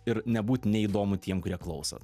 ir nebūt neįdomu tiem kurie klauso